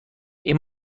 این